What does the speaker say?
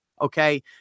Okay